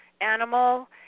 animal